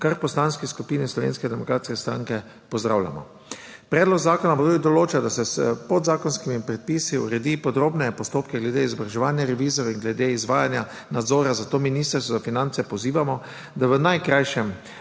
kar v Poslanski skupini Slovenske demokratske stranke pozdravljamo. Predlog zakona pa tudi določa, da se s podzakonskimi predpisi podrobneje uredi postopke glede izobraževanja revizorjev in glede izvajanja nadzora, zato Ministrstvo za finance pozivamo, da v najkrajšem